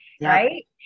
Right